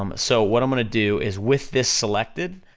um so, what i'm gonna do is, with this selected,